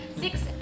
Six